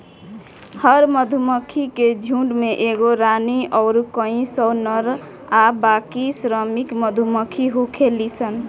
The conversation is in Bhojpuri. हर मधुमक्खी के झुण्ड में एगो रानी अउर कई सौ नर आ बाकी श्रमिक मधुमक्खी होखेली सन